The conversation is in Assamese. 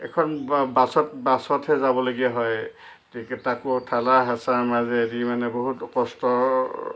এখন বাছত বাছতহে যাবলগীয়া হয় তাকো ঠেলা হেঁচাৰ মাজেদি মানে বহুত কষ্ট